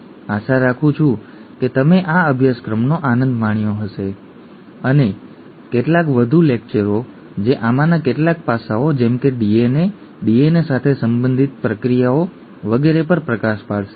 આશા રાખું છું કે તમે આ અભ્યાસક્રમનો આનંદ માણ્યો હશે અને ત્યાં કેટલાક વધુ લેક્ચરો હશે જે આમાંના કેટલાક પાસાઓ જેમ કે ડીએનએ ડીએનએ સાથે સંબંધિત પ્રક્રિયાઓ વગેરે પર પ્રકાશ પાડશે